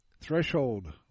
Threshold